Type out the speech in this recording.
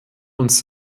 uns